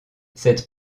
cette